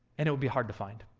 and it would be hard to find.